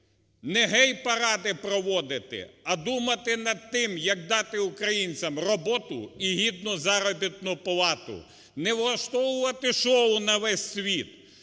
Не гей-паради проводити, а думати над тим, як дати українцям роботу і гідну заробітну плату, не влаштовувати шоу на весь світ,